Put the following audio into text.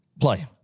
play